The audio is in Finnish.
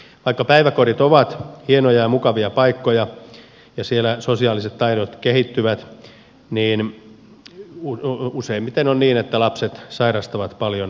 vaikka päiväkodit ovat hienoja ja mukavia paikkoja ja siellä sosiaaliset taidot kehittyvät niin useimmiten on niin että lapset sairastavat paljon useammin